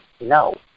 no